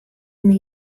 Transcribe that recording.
myn